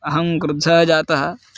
अहं क्रुद्धः जातः